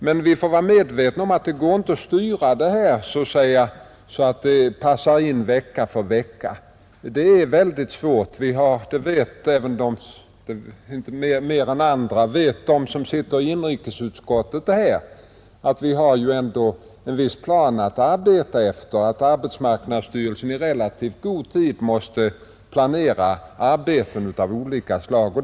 Men vi får vara medvetna om att det inte går att styra dem så att de passar in vecka för vecka. Det är väldigt svårt; mer än andra vet de som sitter i inrikesutskottet att vi ändå har en viss plan att arbeta efter och att arbetsmarknadsstyrelsen i relativt god tid måste planera arbeten av olika slag.